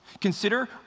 Consider